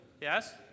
Yes